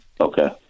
Okay